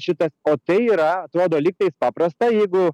šitas o tai yra atrodo lygtais paprasta jeigu